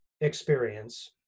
experience